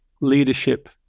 leadership